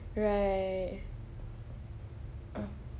right